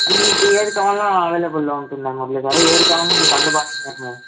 మీకు ఏది కావాలన్నా అవైలబుల్లో ఉంటుంది మురళి గారు ఏది కావాలన్నా అందుబాటులో మేము